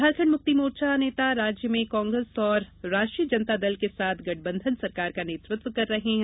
झारखंड मुक्ति मोर्चा नेता राज्य में कांग्रेस और राष्ट्रीय जनता दल के साथ गठबंधन सरकार का नेतृत्व कर रहे हैं